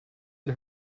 had